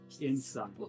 inside